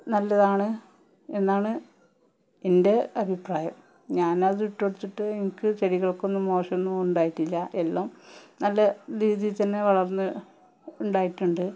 നല്ലതാണ് എന്നാണ് എൻ്റെ അഭിപ്രായം ഞാനത് ഇട്ട് കൊടുത്തിട്ട് ചെടികൾക്കൊന്നും മോശമൊന്നും ഉണ്ടായിട്ടില്ല എല്ലോം നല്ല രീതിയിൽ തന്നെ വളർന്ന് ഉണ്ടായിട്ടുണ്ട്